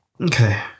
Okay